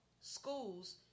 schools